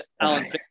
Alan